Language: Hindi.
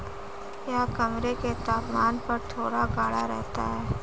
यह कमरे के तापमान पर थोड़ा गाढ़ा रहता है